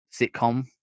sitcom